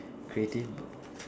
creative